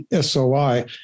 SOI